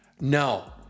No